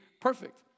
perfect